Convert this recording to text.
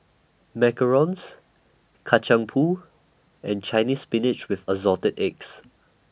Macarons Kacang Pool and Chinese Spinach with Assorted Eggs